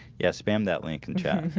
yes, pam. that lincoln chuck